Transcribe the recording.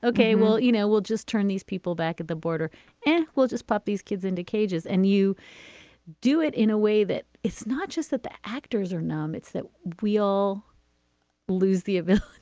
well, you know, we'll just turn these people back at the border and we'll just pop these kids indicators. and you do it in a way that it's not just that the actors are numb, it's that we'll lose the event,